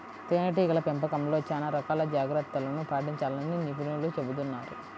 తేనెటీగల పెంపకంలో చాలా రకాల జాగ్రత్తలను పాటించాలని నిపుణులు చెబుతున్నారు